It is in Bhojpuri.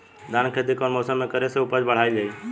धान के खेती कौन मौसम में करे से उपज बढ़ाईल जाई?